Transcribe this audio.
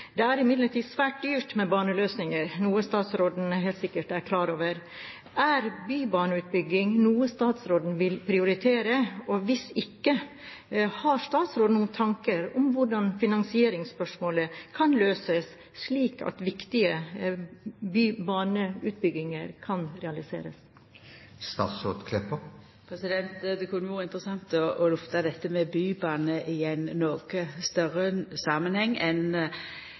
Det er imidlertid svært dyrt med baneløsninger, noe statsråden helt sikkert er klar over. Er bybaneutbygging noe statsråden vil prioritere, og hvis ikke, har statsråden noen tanker om hvordan finansieringsspørsmålet kan løses, slik at viktige bybaneutbygginger kan realiseres? Det kunne vore interessant å lufta dette med bybane i ein noko større samanheng enn